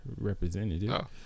representative